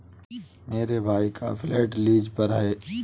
मेरे भाई का फ्लैट लीज पर है